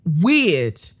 weird